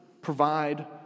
provide